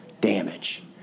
damage